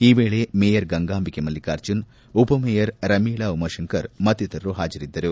ಈ ವೇಳೆ ಮೇಯರ್ ಗಂಗಾಂಬಿಕೆ ಮಲ್ಲಿಕಾರ್ಜುನ್ ಉಪಮೇಯರ್ ರಮೀಳಾ ಉಮಾಶಂಕರ್ ಮತ್ತಿತರರು ಹಾಜರಿದ್ದರು